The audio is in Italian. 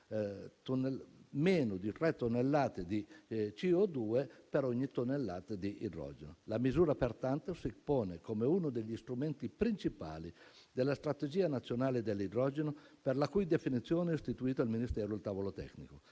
meno di tre tonnellate di CO2 per ogni tonnellata di idrogeno. La misura pertanto si pone come uno degli strumenti principali della strategia nazionale dell'idrogeno per la cui definizione è istituito al Ministero il tavolo tecnico.